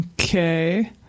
okay